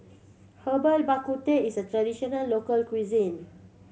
Herbal Bak Ku Teh is a traditional local cuisine